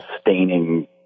staining